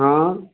हाँ